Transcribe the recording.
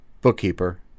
Bookkeeper